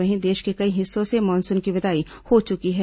वहीं देश के कई हिस्सों से मानसून की विदाई हो चुकी है